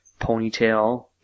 ponytail